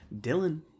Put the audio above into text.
Dylan